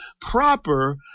proper